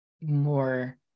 more